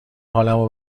حالمو